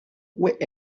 wait